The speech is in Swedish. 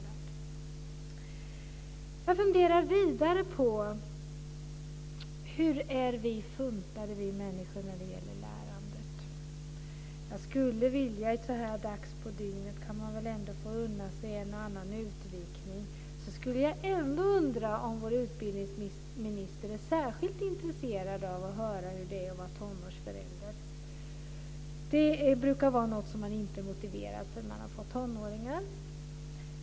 Jag funderar vidare på hur vi människor är funtade när det gäller lärandet. Så här dags på dygnet kan man väl ändå få unna sig en och annan utvikning. Jag undrar om vår utbildningsminister är särskilt intresserad av att höra hur det är att vara tonårsförälder. Det brukar vara något som man inte känner sig motiverad av förrän man har fått tonåringar.